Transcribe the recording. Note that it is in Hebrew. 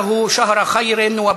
בעזרתו של האל ישתבח ויתעלה,